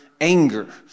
Anger